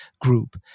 Group